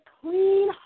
clean